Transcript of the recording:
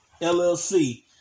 LLC